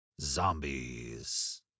zombies